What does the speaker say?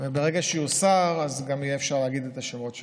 ברגע שיוסר אז גם יהיה אפשר להגיד את השמות שלהם.